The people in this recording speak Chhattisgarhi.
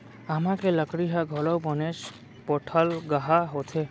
आमा के लकड़ी ह घलौ बनेच पोठलगहा होथे